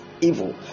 evil